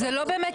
בעצם,